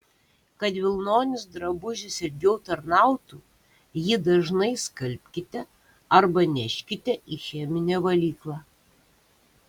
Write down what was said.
kad vilnonis drabužis ilgiau tarnautų jį dažnai skalbkite arba neškite į cheminę valyklą